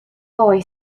boy